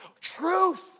truth